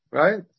right